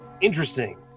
interesting